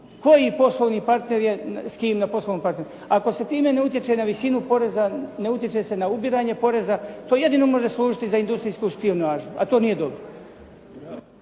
koji poslovni partner je s kim na poslovnom partneru. Ako se time ne utječe na visinu poreza, ne utječe se na ubiranje poreza, to jedino može služiti za industrijsku špijunažu, a to nije dobro.